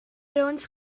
raons